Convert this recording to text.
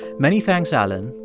many thanks, alan,